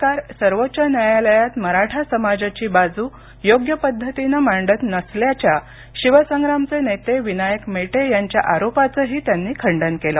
सरकार सर्वोच्च न्यायालयात मराठा समाजाची बाजू योग्य पद्धतीनं मांडत नसल्याच्या शिवसंग्रामचे नेते विनायक मेटे यांच्या आरोपाचही त्यांनी खंडन केलं